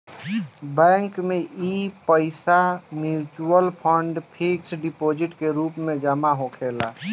bank में इ पईसा मिचुअल फंड, फिक्स डिपोजीट के रूप में जमा होखेला